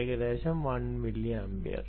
ഏകദേശം 1 milli ampere